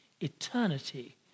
Eternity